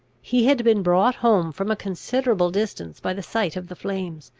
he had been brought home from a considerable distance by the sight of the flames.